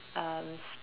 um